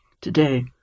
today